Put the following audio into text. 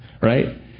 Right